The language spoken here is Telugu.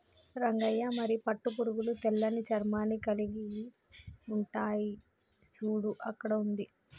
రంగయ్య మరి పట్టు పురుగులు తెల్లని చర్మాన్ని కలిలిగి ఉంటాయి సూడు అక్కడ ఉంది